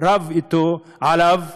רב עליו,